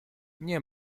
nie